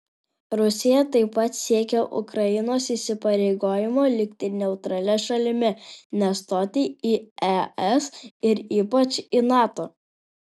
rusija taip pat siekia ukrainos įsipareigojimo likti neutralia šalimi nestoti į es ir ypač į nato